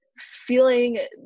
feeling